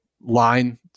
line